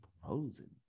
proposing